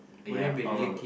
yeah oh